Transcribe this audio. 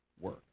work